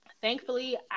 thankfully